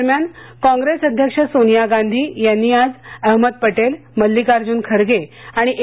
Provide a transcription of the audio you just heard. दरम्यान कॉंग्रेस अध्यक्ष सोनिया गांधी यांनी आज अहमद प िजे मल्लिकार्जुन खर्गे आणि ए